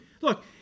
Look